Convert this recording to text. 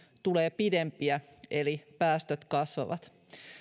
tulee pidempiä eli päästöt kasvavat